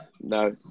No